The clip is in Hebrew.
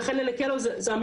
כי אנחנו כמו שהסברתי,